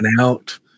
out